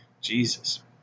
Jesus